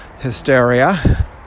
hysteria